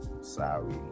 Sorry